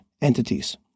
entities